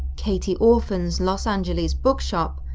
katie orphan's los angeles book shop,